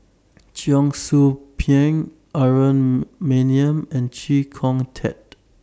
Cheong Soo Pieng Aaron Maniam and Chee Kong Tet